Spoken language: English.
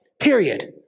Period